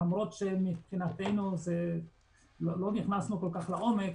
למרות שלא נכנסנו כל כך לעומק,